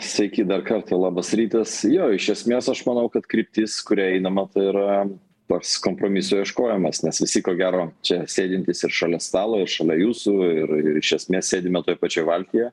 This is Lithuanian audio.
sveiki dar kartą labas rytas jo iš esmės aš manau kad kryptis kuria einama tai yra toks kompromisų ieškojimas nes visi ko gero čia sėdintys ir šalia stalo ir šalia jūsų ir ir iš esmės sėdime toj pačioj valtyje